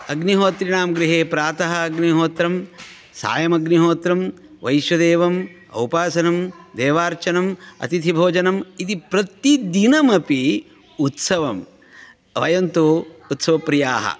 अग्रिहोत्रिणां गृहे प्रातः अग्निहोत्रं सायम् अग्निहोत्रं वैश्वदेवम् औपासनं देवार्चनम् अतिथिभोजनम् इति प्रतिदिनम् अपि उत्सवं वयं तु उत्सवप्रियाः